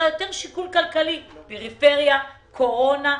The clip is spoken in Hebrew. אלא יותר שיקול כלכלי פריפריה, קורונה.